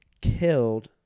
killed